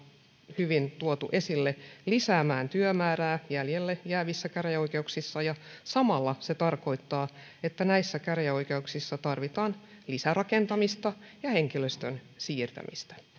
hyvin tuotu esille lisäämään työmäärää jäljelle jäävissä käräjäoikeuksissa ja samalla se tarkoittaa että näissä käräjäoikeuksissa tarvitaan lisärakentamista ja henkilöstön siirtämistä